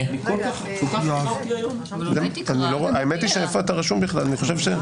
האחרון פורסם בג"ץ שדן בחובת הפיקדון של עובדים זרים.